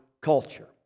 culture